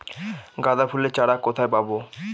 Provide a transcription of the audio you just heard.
গাঁদা ফুলের চারা কোথায় পাবো?